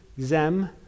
Zem